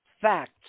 facts